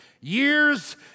years